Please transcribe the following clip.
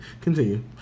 Continue